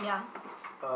yeah